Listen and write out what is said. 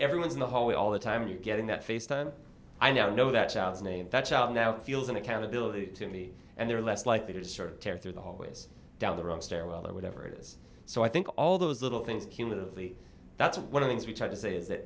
everyone in the hallway all the time you getting that face time i now know that child's name that's out now feels an accountability to me and they're less likely to sort of tear through the hallways down the wrong stairwell or whatever it is so i think all those little things came of the that's one of these we tried to say is that